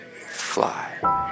fly